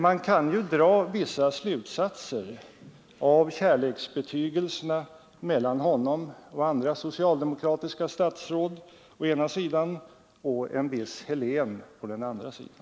Man kan ju dra vissa slutsatser av kärleksbetygelserna mellan honom och andra socialdemokratiska statsråd å ena sidan och en viss Helén å andra sidan.